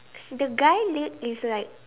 the guy leg is like